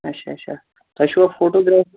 اچھا اچھا تۄہہِ چھُوا فوٹوٗگرٛاف